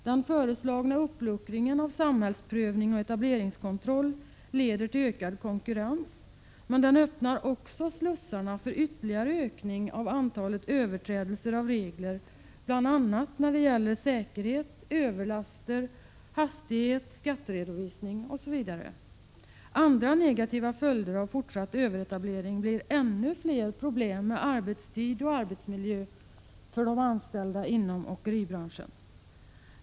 Den föreslagna uppluckringen av samhällsprövning och etableringskontroll leder till ökad konkurrens, men den öppnar också slussarna för ytterligare ökning av antalet överträdelser av regler, bl.a. när det gäller säkerhet, överlaster, hastighet, skatteredovisning osv. Andra negativa följder av fortsatt överetablering blir ännu fler problem med arbetstid och arbetsmiljö för de anställda inom åkeribranschen.